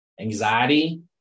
anxiety